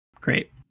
Great